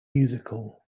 musical